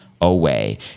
away